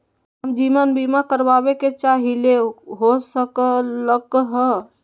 हम जीवन बीमा कारवाबे के चाहईले, हो सकलक ह?